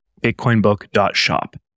bitcoinbook.shop